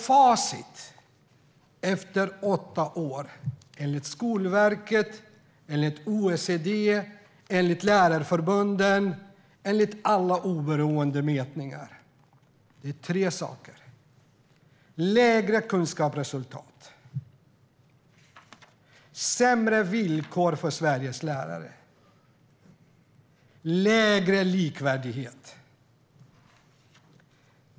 Facit efter åtta år - enligt Skolverket, OECD, lärarförbunden och alla oberoende mätningar - är tre saker: lägre kunskapsresultat, sämre villkor för Sveriges lärare och lägre likvärdighet.